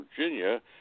Virginia